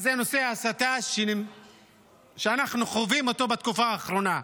נושא ההסתה שאנחנו חווים בתקופה האחרונה.